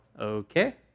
okay